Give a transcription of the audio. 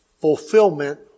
fulfillment